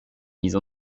mise